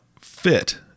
fit